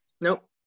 Nope